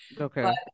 Okay